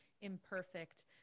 imperfect